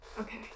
okay